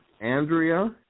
Andrea